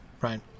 right